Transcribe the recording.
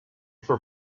for